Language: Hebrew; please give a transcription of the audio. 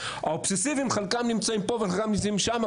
האובססיביים חלקם נמצאים פה וחלקם נמצאים שם,